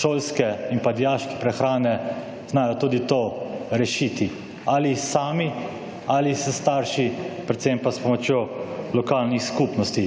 šolske in pa dijaške prehrane, znajo tudi to rešiti. Ali sami ali s starši, predvsem pa s pomočjo lokalnih skupnosti,